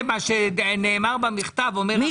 מה שנאמר במכתב אומר אחמד טיבי ואומרת גם אימאן.